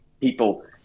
people